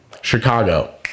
Chicago